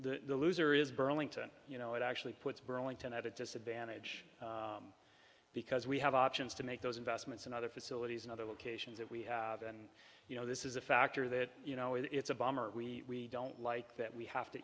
the loser is burlington you know it actually puts burlington at a disadvantage because we have options to make those investments in other facilities in other locations that we have and you know this is a factor that you know it's a bomber we don't like that we have to